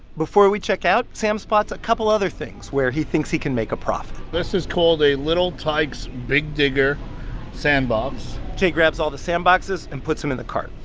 before we checkout, sam spots a couple other things where he thinks he can make a profit this is called a little tikes big digger sandbox jay grabs all the sandboxes and puts them in the cart.